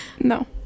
No